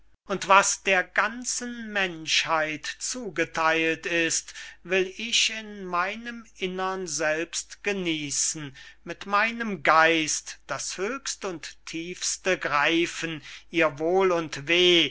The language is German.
und was der ganzen menschheit zugetheilt ist will ich in meinem innern selbst genießen mit meinem geist das höchst und tiefste greifen ihr wohl und weh